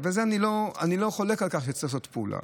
אני לא חולק על כך שצריך לעשות פעולה.